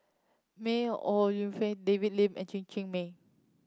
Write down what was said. May Ooi Yu Fen David Lim and Chen Cheng Mei